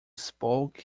spoke